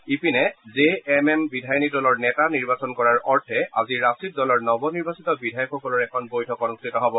ইপিনে J M এমৰ বিধায়িনী দলৰ নেতা নিৰ্বাচন কৰাৰ অৰ্থে আজি ৰাঁচিত দলৰ নৱনিৰ্বাচিত বিধায়কসকলৰ এখন বৈঠক অনুষ্ঠিত হ'ব